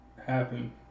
Happen